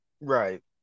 Right